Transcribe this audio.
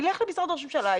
ילך למשרד ראש הממשלה,